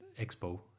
expo